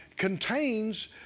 contains